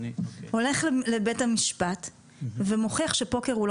הולך לבית המשפט ומוכיח שפוקר הוא לא